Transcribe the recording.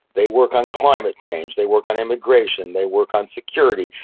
they work on climate change, they work on immigration, they work on security,